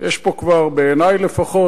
יש פה כבר בעיני לפחות,